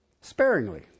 sparingly